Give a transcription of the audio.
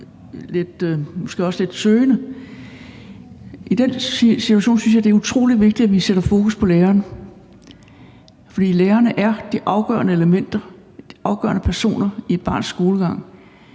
måske også lidt søgende. I den situation synes jeg det er utrolig vigtigt, at vi sætter fokus på læreren, for lærerne er de afgørende elementer, de afgørende personer, i et barns skolegang.